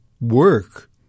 work